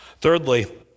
Thirdly